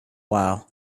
while